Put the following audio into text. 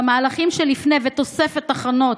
במהלכים שלפני, ותוספת תחנות,